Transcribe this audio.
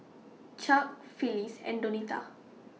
Chuck Phillis and Donita